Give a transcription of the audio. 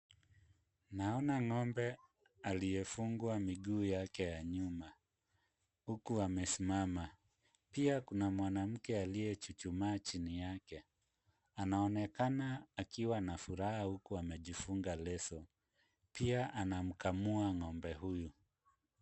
Naona ng'ombe aliyefungwa miguu yake ya nyuma huku amesimama. Pia kuna mwanamke aliyechuchumaa chini yake. Anaonekana akiwa na furaha huku amejifunga leso. Pia anamkamua ng'ombe huyu.